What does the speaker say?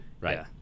Right